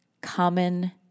common